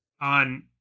On